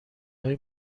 های